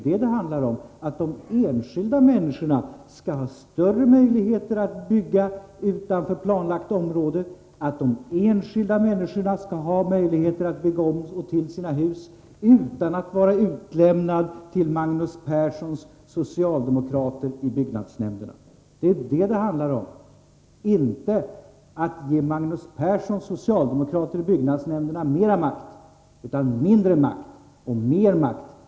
Det handlar om att de enskilda människorna skall få större möjligheter att bygga utanför planlagt område och att de skall få möjligheter att bygga om och till sina hus utan att vara utlämnade till Magnus Perssons socialdemokrater i byggnadsnämnderna. Det är inte fråga om att ge dem mera makt, utan om att ge dem mindre makt och de enskilda människorna mera makt.